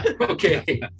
Okay